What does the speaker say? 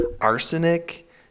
arsenic